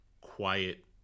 quiet